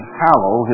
hallow